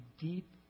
deep